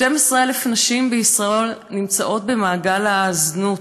12,000 נשים בישראל נמצאות במעגל הזנות,